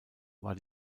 war